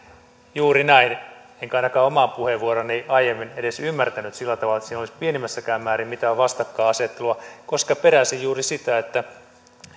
juuri näin enkä ainakaan omaa puheenvuoroani aiemmin edes ymmärtänyt sillä tavalla että siinä olisi pienimmässäkään määrin mitään vastakkainasettelua koska peräsin juuri sitä että